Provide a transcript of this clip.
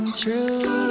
true